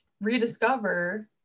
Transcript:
rediscover